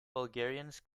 bulgarians